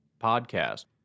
podcast